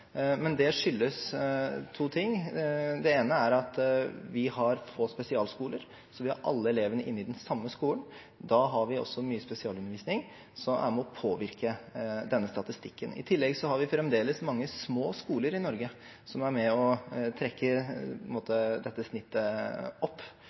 skyldes to ting: Det ene er at vi har få spesialskoler, så vi har alle elevene inne i den samme skolen. Da har vi mye spesialundervisning som må påvirke denne statistikken. I tillegg har vi fremdeles mange små skoler i Norge, noe som er med på å trekke dette snittet opp.